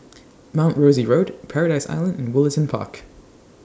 Mount Rosie Road Paradise Island and Woollerton Park